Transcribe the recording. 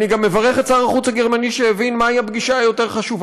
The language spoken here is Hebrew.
אני גם מברך את שר החוץ הגרמני שהבין מהי הפגישה היותר-חשובה: